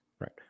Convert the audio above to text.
Right